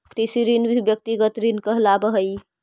कृषि ऋण भी व्यक्तिगत ऋण कहलावऽ हई